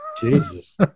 Jesus